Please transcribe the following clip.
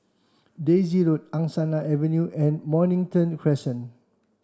Daisy Road Angsana Avenue and Mornington Crescent